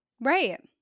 right